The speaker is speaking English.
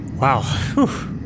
Wow